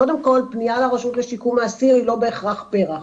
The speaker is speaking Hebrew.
קודם כל פניה לרשות לשיקום האסיר היא לא בהכרח פר"ח.